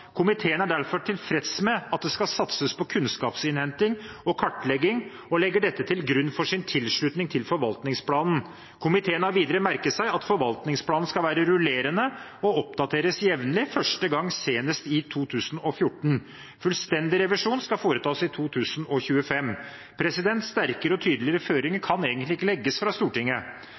Komiteen har videre merket seg at forvaltningsplanen skal være rullerende og oppdateres jevnlig, første gang senest i 2014. Fullstendig revisjon skal foretas i 2025.» Sterkere og tydeligere føringer